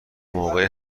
موقع